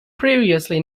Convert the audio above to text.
previously